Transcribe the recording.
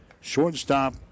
shortstop